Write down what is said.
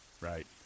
Right